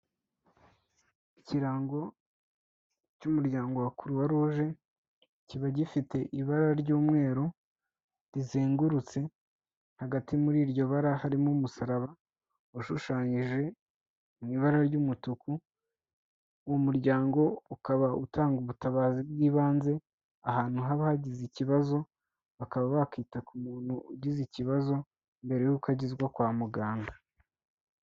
Ikirango cy'umuryango wa croix rouge kiba gifite ibara ry'umweru rizengurutse, hagati muri iryo bara harimo umusaraba ushushanyije mu ibara ry'umutuku, uyu muryango ukaba utanga ubutabazi bw'ibanze ahantu haba hagize ikibazo bakaba bakita ku muntu ugize ikibazo mbere yuko agezwa kwa muganga.